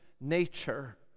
nature